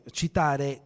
citare